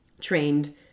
trained